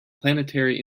planetary